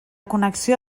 connexió